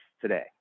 today